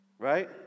Right